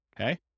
okay